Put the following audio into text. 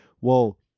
Well-